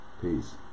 Peace